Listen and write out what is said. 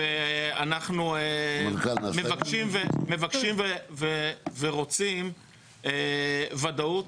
אנחנו מבקשים ורוצים וודאות.